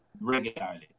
regularly